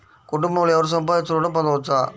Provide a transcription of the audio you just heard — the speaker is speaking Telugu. కుటుంబంలో ఎవరు సంపాదించినా ఋణం పొందవచ్చా?